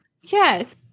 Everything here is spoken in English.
Yes